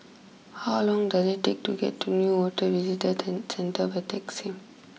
how long does it take to get to Newater Visitor ten Centre by taxi